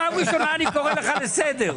פעם ראשונה שאני קורא לך לסדר.